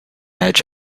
edge